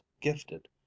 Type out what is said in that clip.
gifted